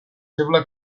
feble